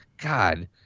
god